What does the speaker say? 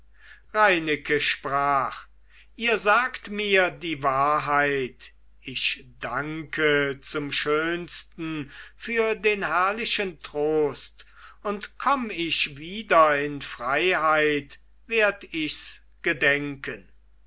reineke sprach ihr sagt mir die wahrheit ich danke zum schönsten für den herrlichen trost und komm ich wieder in freiheit werd ichs gedenken